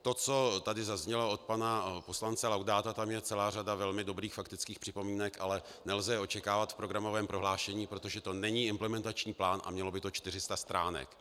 To, co tady zaznělo od pana poslance Laudáta, tam je celá řada velmi dobrých faktických připomínek, ale nelze je očekávat v programovém prohlášení, protože to není implementační plán a mělo by to 400 stránek.